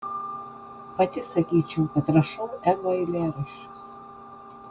pati sakyčiau kad rašau ego eilėraščius